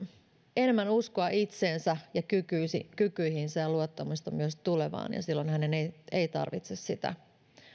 enemmän uskoa itseensä ja kykyihinsä kykyihinsä ja luottamusta myös tulevaan ja silloin hänen ei ei tarvitse sitä